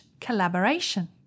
collaboration